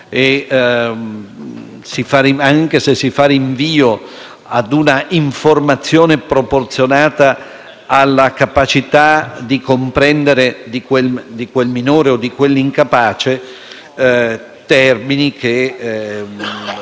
anche se si fa rinvio a una informazione proporzionata alla capacità di comprendere del minore o dell'incapace, termini che